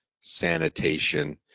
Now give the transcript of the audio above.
sanitation